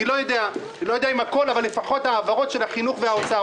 אני לא יודע אם הכול אבל לפחות לעצור את ההעברות של החינוך והאוצר.